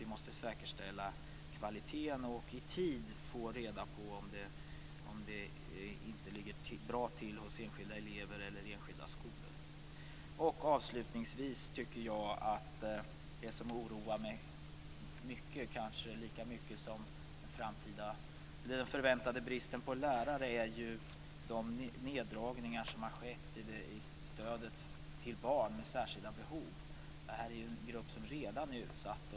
Vi måste säkerställa kvaliteten och i tid få reda på om enskilda elever eller enskilda skolor inte ligger bra till. Avslutningsvis vill jag säga att det som oroar mig mycket, kanske lika mycket som den förväntade bristen på lärare, är de neddragningar som har skett i stödet till barn med särskilda behov. Detta är ju en grupp som redan är utsatt.